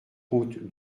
route